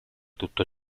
tutto